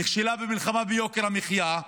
נכשלה במלחמה ביוקר המחיה,